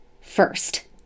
First